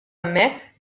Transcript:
hemmhekk